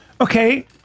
Okay